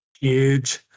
Huge